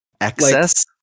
Excess